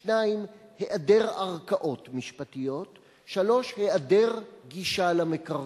2. היעדר ערכאות משפטיות, 3. היעדר גישה למקרקעין.